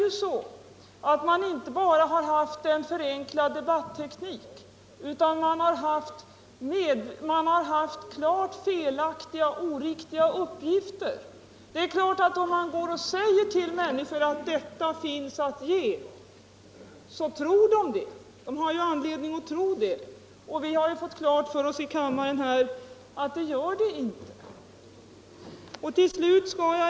Man har inte bara använt en förenklad debatteknik, utan man har gett klart felaktiga och oriktiga uppgifter. Säger man till människor att ”detta finns att ge” tror de givetvis det. De borde ha anledning att tro det! Vi har fått klart för oss här i kammaren att dessa uppgifter var felaktiga.